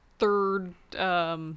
third